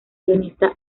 guionista